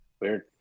Weird